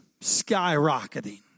skyrocketing